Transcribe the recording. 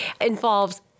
involves